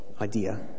idea